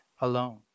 alone